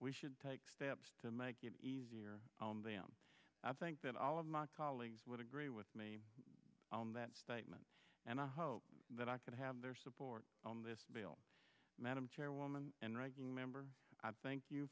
we should take steps to make it easier on them i think that all of my colleagues would agree with me on that statement and i hope that i can have their support on this bill madam chairwoman and writing member i thank you